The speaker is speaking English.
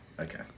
Okay